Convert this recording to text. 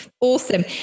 Awesome